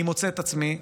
אני מוצא את עצמי,